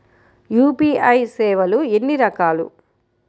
UPI సేవలు ఎన్నిరకాలు?